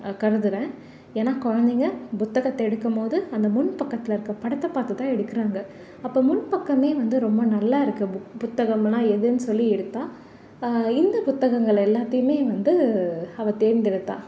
கருதுகிறேன் ஏன்னால் குழந்தைங்க புத்தகத்தை எடுக்கும்போது அந்த முன் பக்கத்தில் இருக்கற படத்தை பார்த்து தான் எடுக்கிறாங்க அப்போது முன் பக்கமே வந்து ரொம்ப நல்லா இருக்கற புக் புத்தகம்லாம் எதுன்னு சொல்லி எடுத்தால் இந்த புத்தகங்கள் எல்லாத்தையுமே வந்து அவள் தேர்ந்தெடுத்தாள்